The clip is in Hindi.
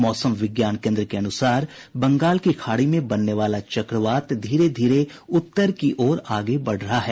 मौसम विज्ञान केन्द्र के अनुसार बंगाल की खाड़ी में बनने वाला चक्रवात धीरे धीरे उत्तर की ओर आगे बढ़ रहा है